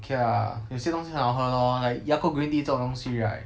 okay lah 有些东西很好喝 lor like Yakult green tea 这种东西 right